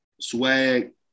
swag